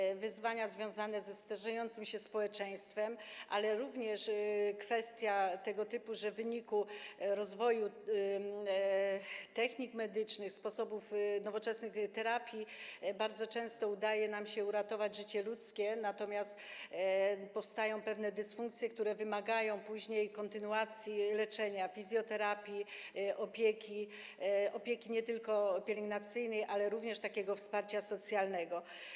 Chodzi o wyzwania związane ze starzejącym się społeczeństwem, ale również kwestie tego typu, że w wyniku rozwoju technik medycznych, sposobów nowoczesnych terapii bardzo często udaje nam się uratować życie ludzkie, natomiast czasem powstają wtedy pewne dysfunkcje, które wymagają kontynuacji leczenia, fizjoterapii, opieki, nie tylko opieki pielęgnacyjnej, ale również wsparcia socjalnego.